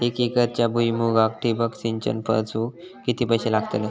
एक एकरच्या भुईमुगाक ठिबक सिंचन बसवूक किती पैशे लागतले?